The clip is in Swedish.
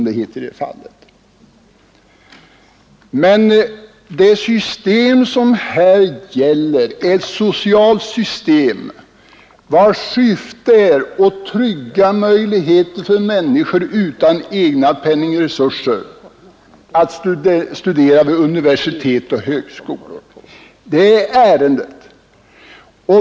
Det system som här gäller är emellertid ett socialt system, vars syfte är att trygga möjligheterna för människor utan egna penningresurser att studera vid universitet och högskolor. Det är ärendet.